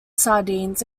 sardines